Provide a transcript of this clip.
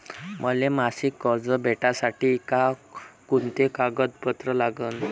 मले मासिक कर्ज भेटासाठी का कुंते कागदपत्र लागन?